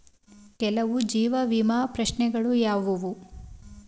ಕೆಲವು ಜೀವ ವಿಮಾ ಪ್ರಶ್ನೆಗಳು ಯಾವುವು?